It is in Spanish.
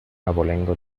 abolengo